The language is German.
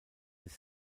des